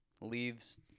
leaves